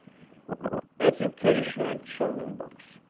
education and children books.